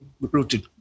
rooted